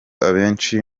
abenshi